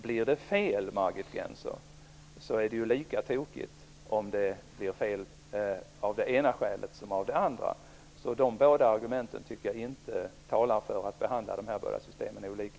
Blir det fel, Margit Gennser, är det lika tokigt om det blir fel av det ena skälet som av det andra. Jag tycker inte att de argumenten talar för att behandla dessa båda system olika.